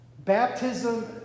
Baptism